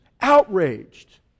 outraged